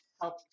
Help